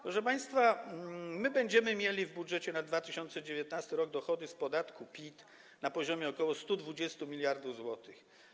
Proszę państwa, będziemy mieli w budżecie na 2019 r. dochody z podatku PIT na poziomie ok. 120 mld zł.